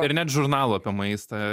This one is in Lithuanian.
ir net žurnalų apie maistą